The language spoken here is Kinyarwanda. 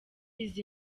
izi